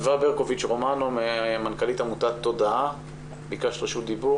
אדוה ברקוביץ רומנו, מנכ"לית עמותת "תודעה" בבקשה.